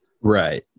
right